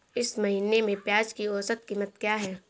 इस महीने में प्याज की औसत कीमत क्या है?